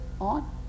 on